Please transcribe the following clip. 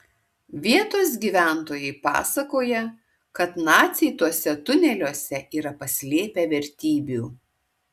vietos gyventojai pasakoja kad naciai tuose tuneliuose yra paslėpę vertybių